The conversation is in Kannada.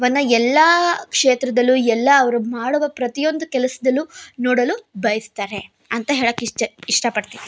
ವನ್ನ ಎಲ್ಲ ಕ್ಷೇತ್ರದಲ್ಲೂ ಎಲ್ಲ ಅವ್ರು ಮಾಡುವ ಪ್ರತಿಯೊಂದು ಕೆಲಸದಲ್ಲೂ ನೋಡಲು ಬಯಸ್ತಾರೆ ಅಂತ ಹೇಳಕ್ಕೆ ಇಷ್ಟಪಡ್ತೀನಿ